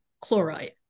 chloride